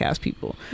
people